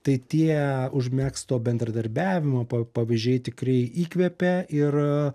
tai tie užmegzto bendradarbiavimo pavyzdžiai tikrai įkvepia ir